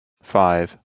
five